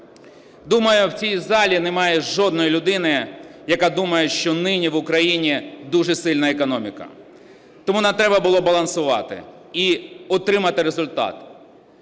Думаю, в цій залі немає жодної людини, яка думає, що нині в Україні дуже сильна економіка. Тому нам треба було балансувати і отримати результат: